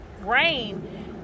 rain